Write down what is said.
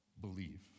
Believe